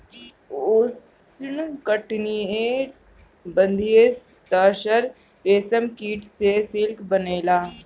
उष्णकटिबंधीय तसर रेशम कीट से सिल्क बनेला